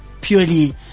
Purely